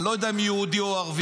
אני לא יודע אם יהודי או ערבי,